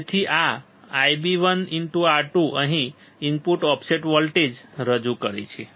તેથી આ Ib1R2 અહીં ઇનપુટ ઓફસેટ વોલ્ટેજ રજૂ કરે છે